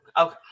Okay